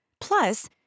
Plus